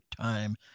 time